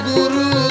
Guru